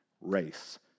race